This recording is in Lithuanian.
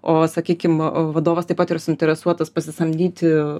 o sakykim vadovas taip pat yra suinteresuotas pasisamdyti